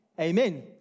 Amen